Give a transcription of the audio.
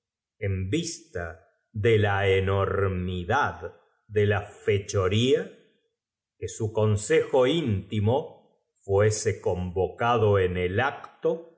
en vista de la enormidad de la fechoría que su consejo intimo fuese convocado en el acto